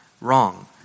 wrong